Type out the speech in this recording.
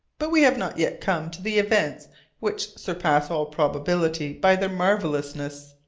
but we have not yet come to the events which surpass all probability by their marvellousness.